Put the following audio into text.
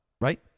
right